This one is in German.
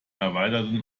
erweiterten